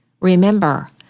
Remember